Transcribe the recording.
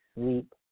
sleep